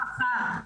שלום וברכה.